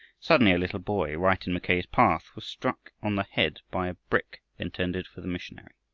suddenly a little boy right in mackay's path was struck on the head by a brick intended for the missionary.